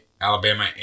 Alabama